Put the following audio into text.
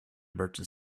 merchant